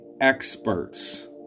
experts